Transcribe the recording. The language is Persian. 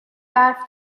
برف